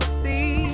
see